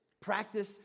Practice